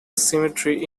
cemetery